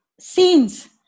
scenes